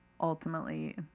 ultimately